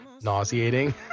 nauseating